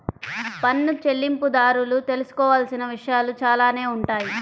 పన్ను చెల్లింపుదారులు తెలుసుకోవాల్సిన విషయాలు చాలానే ఉంటాయి